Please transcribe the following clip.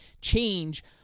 change